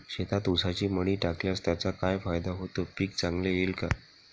शेतात ऊसाची मळी टाकल्यास त्याचा काय फायदा होतो, पीक चांगले येईल का?